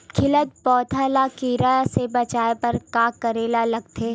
खिलत पौधा ल कीरा से बचाय बर का करेला लगथे?